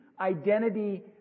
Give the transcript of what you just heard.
identity